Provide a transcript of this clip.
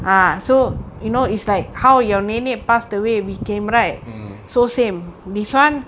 mm